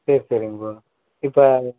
சரி சரிங்க ப்ரோ இப்போ